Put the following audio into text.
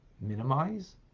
minimize